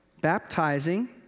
baptizing